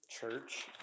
church